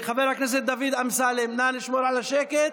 בבקשה, חבר הכנסת אמסלם, נא לשמור על השקט.